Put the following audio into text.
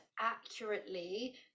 accurately